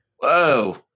Whoa